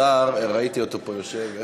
השר, ראיתי אותו יושב פה.